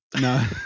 No